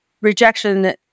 rejection